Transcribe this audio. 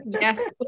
yes